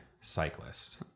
cyclist